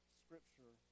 scripture